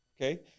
Okay